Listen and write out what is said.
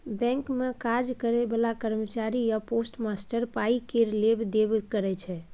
bank मे काज करय बला कर्मचारी या पोस्टमास्टर पाइ केर लेब देब करय छै